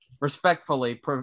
Respectfully